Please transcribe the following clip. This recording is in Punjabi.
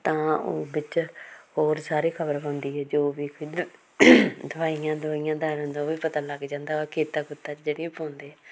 ਤਾਂ ਉਹ ਵਿੱਚ ਹੋਰ ਸਾਰੇ ਖਬਰ ਬਣਦੀ ਹੈ ਜੋ ਵੀ ਦਵਾਈਆਂ ਦਵੂਈਆਂ ਦਾਰਾਂ ਦਾ ਉਹ ਵੀ ਪਤਾ ਲੱਗ ਜਾਂਦਾ ਖੇਤਾਂ ਖੁਤਾਂ 'ਚ ਜਿਹੜੀ ਪਾਉਂਦੇ